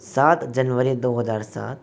सात जनवरी दो हज़ार सात